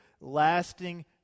lasting